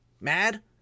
mad